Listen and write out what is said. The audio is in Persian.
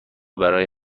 برای